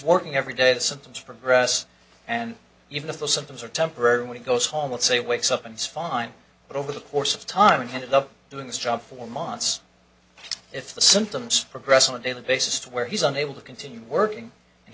working every day the symptoms progress and even if the symptoms are temporary when he goes home and say wakes up and fine but over the course of time and headed up doing this job for months if the symptoms progress on a daily basis to where he's unable to continue working and